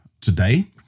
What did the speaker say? today